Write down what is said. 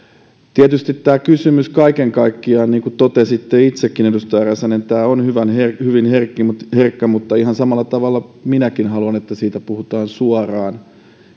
tietysti tämä kysymys kaiken kaikkiaan niin kuin totesitte itsekin edustaja räsänen on hyvin herkkä mutta herkkä mutta ihan samalla tavalla minäkin haluan että siitä puhutaan suoraan